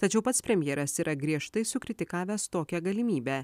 tačiau pats premjeras yra griežtai sukritikavęs tokią galimybę